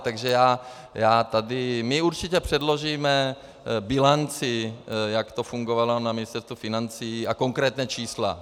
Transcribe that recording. Takže my určitě předložíme bilanci, jak to fungovalo na Ministerstvu financí a konkrétní čísla.